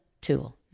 tool